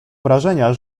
wrażenia